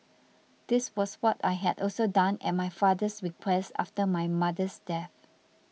this was what I had also done at my father's request after my mother's death